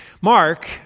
Mark